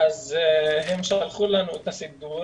שלחו לנו את הסידור,